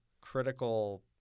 critical